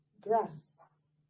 grass